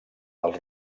dels